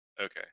Okay